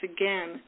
again